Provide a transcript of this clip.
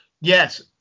yes